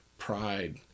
pride